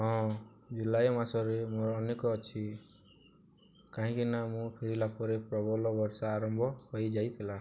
ହଁ ଜୁଲାଇ ମାସରେ ମୋର ଅନେକ ଅଛି କାହିଁକି ନା ମୁଁ ଫେରିଲା ପରେ ପ୍ରବଲ ବର୍ଷା ଆରମ୍ଭ ହେଇ ଯାଇଥିଲା